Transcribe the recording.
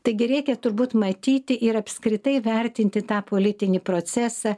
taigi reikia turbūt matyti ir apskritai vertinti tą politinį procesą